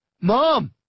mom